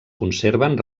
conserven